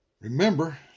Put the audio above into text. remember